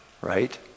right